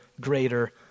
greater